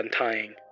untying